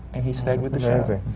and he stayed with the show. amazing.